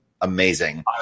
Amazing